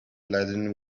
laden